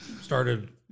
started